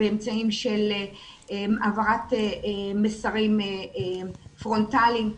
באמצעים של העברת מסרים פרונטליים.